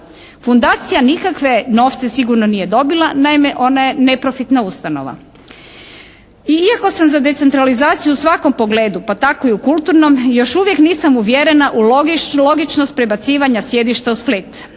Fundacija nikakve novce sigurno nije dobila, naime ona je neprofitna ustanova. I iako sam za decentralizaciju u svakom pogledu, pa tako i u kulturnom još uvijek nisam uvjerena u logičnost prebacivanja sjedišta u Split.